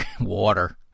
Water